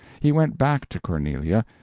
he went back to cornelia,